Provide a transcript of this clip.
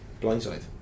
Blindside